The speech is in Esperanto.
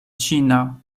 ĉina